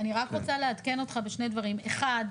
אני רק רוצה לעדכן אותך בשני דברים: אחד,